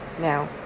Now